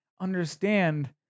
understand